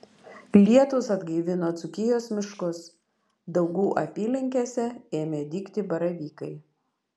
lietūs atgaivino dzūkijos miškus daugų apylinkėse ėmė dygti baravykai